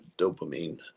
dopamine